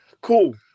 Cool